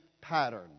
pattern